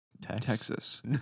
Texas